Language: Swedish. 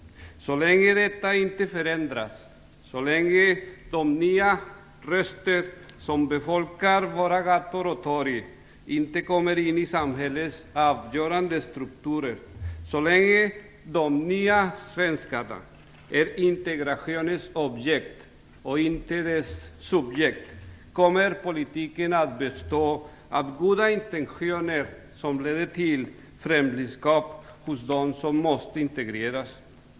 Så länge detta inte förändras, så länge de nya röster som befolkar våra gator och torg inte kommer in i samhällets avgörande strukturer, så länge de nya svenskarna är integrationens objekt och inte dess subjekt, kommer politiken att bestå av goda intentioner som leder till främlingskap hos dem som måste integreras.